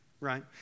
right